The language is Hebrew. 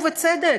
ובצדק,